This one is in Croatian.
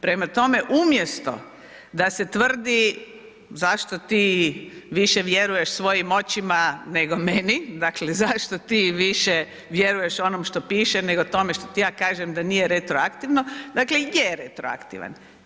Prema tome, umjesto da se tvrdi zašto ti više vjeruješ svojim očima nego meni, dakle zašto ti više vjeruješ onom što piše nego tome što ti ja kažem da nije retroaktivno, dakle je retroaktivan.